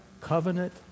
covenant